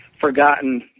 forgotten